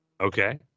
okay